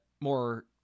more